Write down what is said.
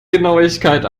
genauigkeit